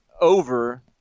over